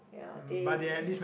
ya they